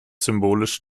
symbolisch